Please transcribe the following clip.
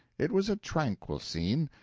it was a tranquil scene,